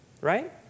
right